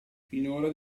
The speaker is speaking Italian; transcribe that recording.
finora